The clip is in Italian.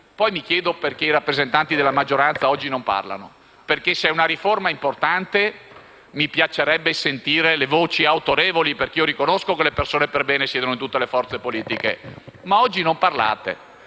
mi chiedo perché i rappresentanti della maggioranza oggi non parlino. Se questa riforma è importante mi piacerebbe sentire le loro voci autorevoli perché io riconosco che persone per bene siedano in tutte le forze politiche. Ma oggi non parlate.